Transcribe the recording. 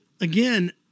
again